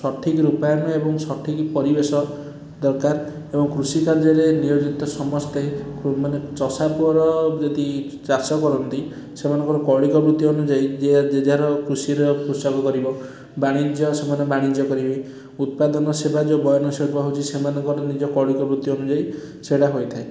ସଠିକ ରୂପାୟନ ଏବଂ ସଠିକ ପରିବେଶ ଦରକାର ଏବଂ କୃଷି କାର୍ଯ୍ୟରେ ନିୟୋଜିତ ସମସ୍ତେ ମାନେ ଚଷା ପୁଅର ଯଦି ଚାଷ କରନ୍ତି ସେମାନଙ୍କର କୌଳିକ ବୃତ୍ତି ଅନୁଯାୟୀ ଯିଏ ଯେ ଯାହାର କୃଷିର କୃଷକ କରିବ ବାଣିଜ୍ୟ ସେମାନେ ବାଣିଜ୍ୟ କରିବେ ଉତ୍ପାଦନ ସେବା ଯେଉଁ ବୟନ ଶିଳ୍ପ ହେଉଛି ସେମାନଙ୍କର କୌଳିକ ବୃତ୍ତି ଅନୁଯାୟୀ ସେଇଟା ହୋଇଥାଏ